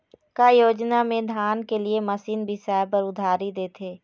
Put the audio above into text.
का योजना मे धान के लिए मशीन बिसाए बर उधारी देथे?